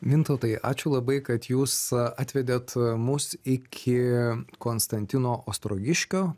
mintautai ačiū labai kad jūs atvedėt mus iki konstantino ostrogiškio